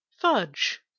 Fudge